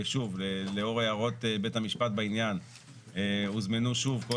לאור הערות בית המשפט בעניין הוזמנו שוב כל